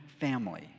family